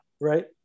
right